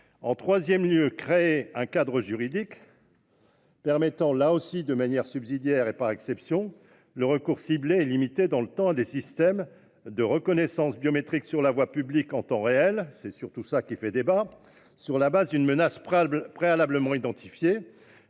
En troisième lieu, pour créer un cadre juridique permettant, de manière subsidiaire et par exception, le recours ciblé et limité dans le temps à des systèmes de reconnaissance biométrique sur la voie publique en temps réel- c'est ce point qui fait débat -sur la base d'une menace préalablement identifiée,